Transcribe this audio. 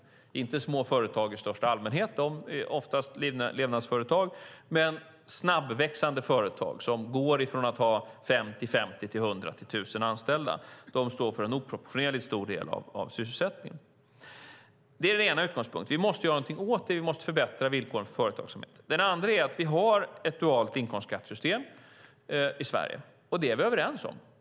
Det handlar inte om små företag i största allmänhet, för de är oftast levnadsföretag, utan det är snabbväxande företag som går från att ha 50-100 till tusen anställda. De står för en oproportionerligt stor del av sysselsättningen. Det är den ena utgångspunkten. Vi måste göra någonting åt det, och vi måste förbättra villkoren för företagsamheten. Den andra utgångspunkten är att vi har ett dualt inkomstskattesystem i Sverige, och det är vi överens om.